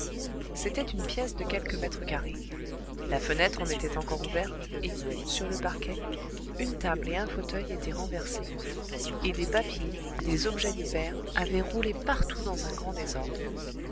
c'était une pièce de quelques mètres carrés la fenêtre en était encore ouverte et sur le parquet une table et un fauteuil étaient renversés et des papiers des objets divers avaient roulé partout dans un grand désordre